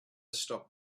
stop